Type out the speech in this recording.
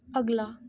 ਅਗਲਾ